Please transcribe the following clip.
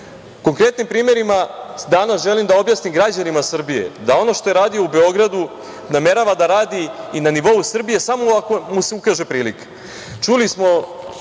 Konkretnim primerima danas želim da objasnim građanima Srbije da ono što je radio u Beogradu namerava da radi i na nivou Srbije, samo ako mu se ukaže prilika. Čuli smo,